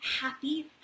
happy